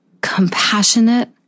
compassionate